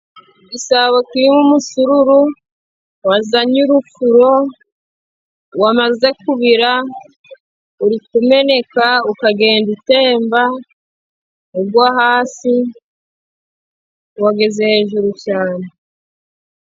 Dusabo turimo umusururu wazanye urufuro wamaze kubira, uri kumeneka ukagenda utemba, ugwa hasi wageze hejuru cyane.